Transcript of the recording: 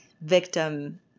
victim